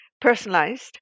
personalized